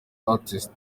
artist